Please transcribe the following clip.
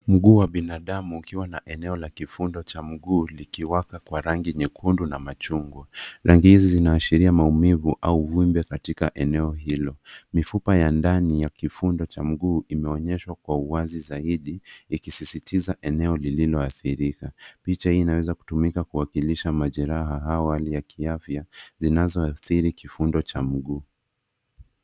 Mguu wa binadamu ukiwa na eneo wa kifundi cha mguu likiwaka kwa rangi nyekundu na machungwa. Rangi hizi zinaashiria maumivu aau uvimbe katika eneo hilo. Mifupa ya ndani ya kifundo cha mguu imeonyeshwa kwa uwazi zaidi ikisisitiza eneo lililoathirika. Picha hii inaweza kutumika kuwakilisha majeraha au hali ya kiafya zinazoathiri kifundo cha mguu.